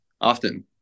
Often